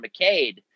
McCade